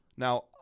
Now